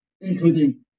including